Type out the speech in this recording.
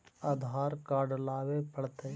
आधार card लाबे पड़तै?